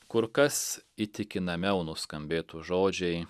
kur kas įtikinamiau nuskambėtų žodžiai